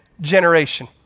generation